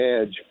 Edge